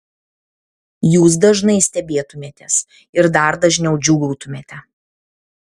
jūs dažnai stebėtumėtės ir dar dažniau džiūgautumėte